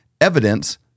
evidence